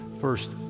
first